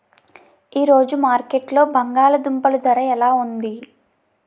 ఈ రోజు మార్కెట్లో బంగాళ దుంపలు ధర ఎలా ఉంది?